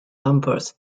dampers